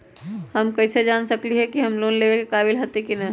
हम कईसे जान सकली ह कि हम लोन लेवे के काबिल हती कि न?